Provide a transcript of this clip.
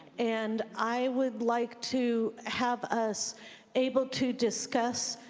and i would like to have us able to discuss